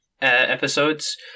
episodes